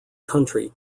country